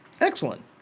Excellent